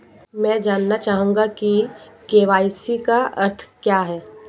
मैं जानना चाहूंगा कि के.वाई.सी का अर्थ क्या है?